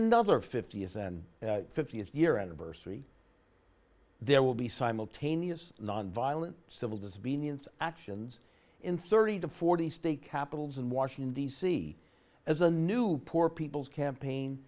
another fifty years and fiftieth year anniversary there will be simultaneous nonviolent civil disobedience actions in thirty to forty state capitals and washington d c as a new poor people's campaign